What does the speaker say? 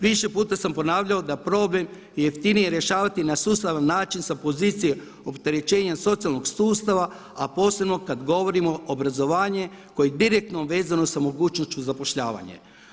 Više puta sam ponavljao da problem je jeftinije rješavati na sustavan način sa pozicije opterećenja socijalnog sustava, a posebno kada govorimo obrazovanje koje je direktno vezano sa mogućnošću zapošljavanja.